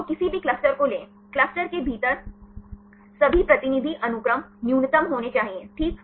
तो किसी भी क्लस्टर को लें क्लस्टर के भीतर सभी प्रतिनिधि अनुक्रम न्यूनतम होना चाहिए ठीक